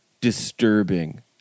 Disturbing